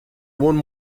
one